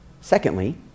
secondly